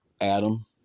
Adam